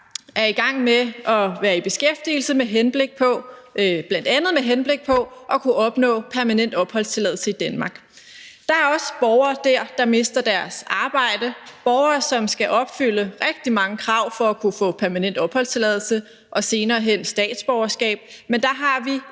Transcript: er i gang med at være i beskæftigelse bl.a. med henblik på at kunne opnå permanent opholdstilladelse i Danmark. Der er også borgere dér, der mister deres arbejde, borgere, som skal opfylde rigtig mange krav for kunne få permanent opholdstilladelse og senere hen statsborgerskab. Men der har vi